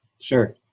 Sure